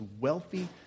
wealthy